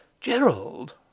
gerald